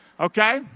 Okay